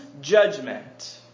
judgment